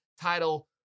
title